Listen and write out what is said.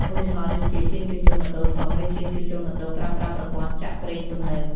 ឧទាហរណ៍ដូចជាជាងជួសជុលម៉ូតូធំ ឬជាងជួសជុលម៉ូតូប្រើប្រាស់ប្រព័ន្ធចាក់ប្រេងទំនើប។